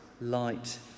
Light